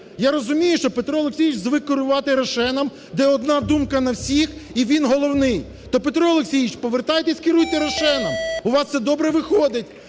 Я розумію, що Петро Олексійович звик керувати "Рошеном", де одна думка на всіх і він головний. То, Петро Олексійович, повертайтесь, керуйте "Рошеном", у вас це добре входить,